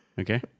Okay